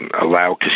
allow